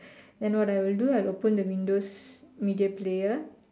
then what I will do I open the windows media player